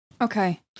Okay